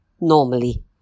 normally